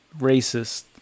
racist